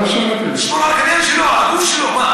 לשמור על הגוף שלו?